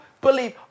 believe